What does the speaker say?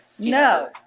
No